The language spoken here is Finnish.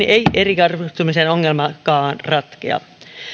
ei eriarvoistumisen ongelmakaan ratkea